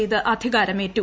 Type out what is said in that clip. ചെയ്ത് അധികാരമേറ്റു